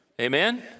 Amen